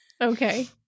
okay